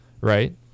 right